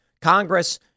Congress